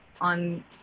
on